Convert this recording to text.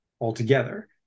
altogether